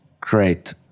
great